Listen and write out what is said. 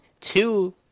two